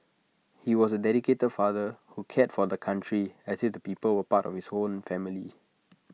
he was A dedicated father who cared for the country as if the people were part of his own family